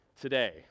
today